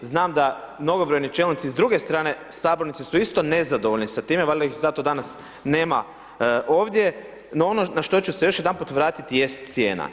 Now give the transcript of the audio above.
Znam da mnogobrojni čelnici s druge strane sabornice su isto nezadovoljni s time, valjda ih zato danas i nema ovdje, no ono na što ću se još jedanput vratiti jest cijena.